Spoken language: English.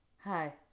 Hi